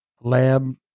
lab